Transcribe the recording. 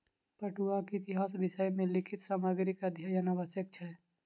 पटुआक इतिहासक विषय मे लिखित सामग्रीक अध्ययनक आवश्यक छै